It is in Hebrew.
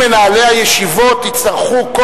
אם מנהלי הישיבות יצטרכו,